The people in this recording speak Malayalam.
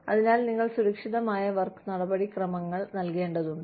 അതിനാൽ നിങ്ങൾ സുരക്ഷിതമായ വർക്ക് നടപടിക്രമങ്ങൾ നൽകേണ്ടതുണ്ട്